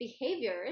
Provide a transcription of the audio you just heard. behaviors